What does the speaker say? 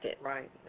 Right